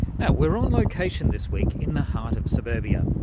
yeah we're on location this week in the heart of suburbia.